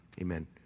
amen